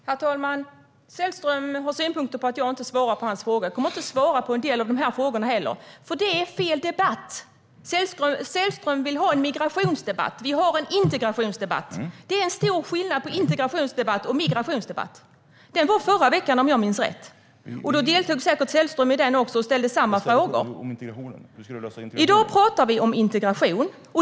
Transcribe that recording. Herr talman! Sällström har synpunkter på att jag inte svarar på hans frågor. Jag kommer inte att svara på en del av de här frågorna heller, för det är fel debatt. Sällström vill ha en migrationsdebatt. Vi har en integrationsdebatt. Det är stor skillnad på integrationsdebatt och migrationsdebatt. Migrationsdebatten var förra veckan, om jag minns rätt. Sällström deltog säkert också i den och ställde samma frågor. I dag talar vi om integration.